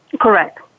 Correct